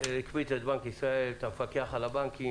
הקפיץ את בנק ישראל, את המפקח על הבנקים.